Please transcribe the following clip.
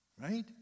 Right